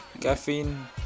caffeine